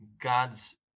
God's